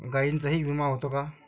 गायींचाही विमा होते का?